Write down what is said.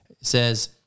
says